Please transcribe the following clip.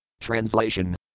Translation